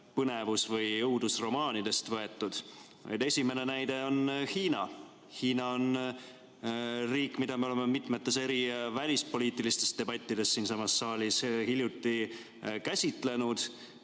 põnevus‑ või õudusromaanidest võetud. Esimene näide on Hiina. Hiina on riik, mida me oleme mitmetes välispoliitilistes debattides siinsamas saalis hiljuti käsitlenud.